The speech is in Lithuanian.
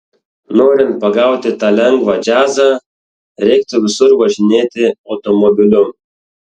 norint pagauti tą lengvą džiazą reiktų visur važinėti automobiliu